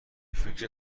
فکر